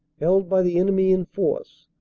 held by the enemy in force,